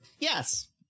Yes